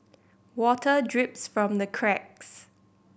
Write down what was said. water drips from the cracks